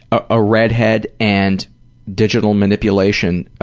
a redhead and digital manipulation,